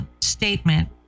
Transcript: statement